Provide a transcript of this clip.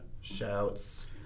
Shouts